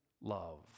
love